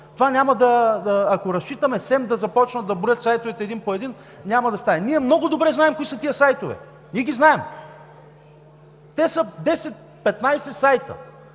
Ако разчитаме СЕМ да започнат да броят сайтовете един по един, няма да стане. Ние много добре знаем кои са тези сайтове, ние ги знаем – те са 10 – 15 сайта,